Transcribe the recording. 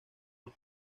los